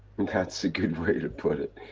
and that's a good way to put it.